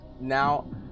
now